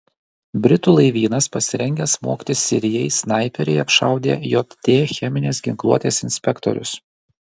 britų laivynas pasirengęs smogti sirijai snaiperiai apšaudė jt cheminės ginkluotės inspektorius